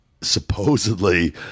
supposedly